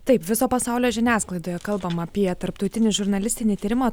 taip viso pasaulio žiniasklaidoje kalbama apie tarptautinį žurnalistinį tyrimą